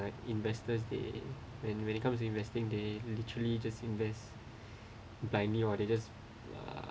investors they when when it comes to investing they literally just invest by me or they just uh